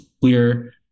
clear